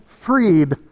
freed